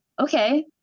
okay